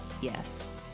yes